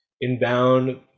inbound